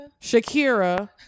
Shakira